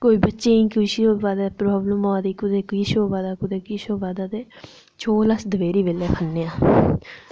कोई बच्चें ई किश होऐ दा प्राब्लम आ दी कुतै किश होऐ दा कुतै किश होऐ दा ते चौल अस दपैह्री बेल्लै खन्ने आं